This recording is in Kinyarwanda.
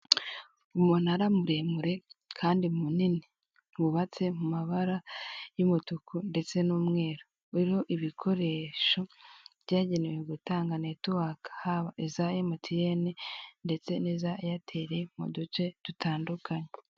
Umunara muremure kandi munini wubatse mumabara y'umutuku ndetse n'umweru, uriho ibikoresho byagenewe gutanga netuwaka haba iza MTN ndetse niza eyateri muduce dutandukanye.